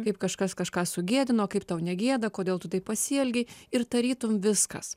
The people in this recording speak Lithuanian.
kaip kažkas kažką sugėdino kaip tau negėda kodėl tu taip pasielgei ir tarytum viskas